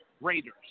Raiders